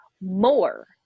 more